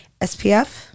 SPF